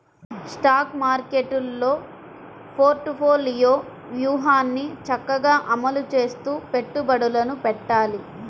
stock మార్కెట్టులో portfolio వ్యూహాన్ని చక్కగా అమలు చేస్తూ పెట్టుబడులను పెట్టాలి